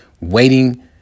waiting